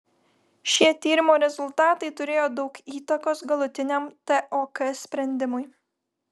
šie tyrimo rezultatai turėjo daug įtakos galutiniam tok sprendimui